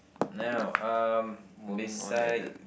no um beside